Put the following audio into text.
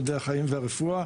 מדעי החיים והרפואה,